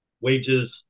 wages